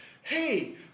hey